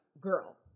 girl